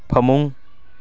ꯐꯃꯨꯡ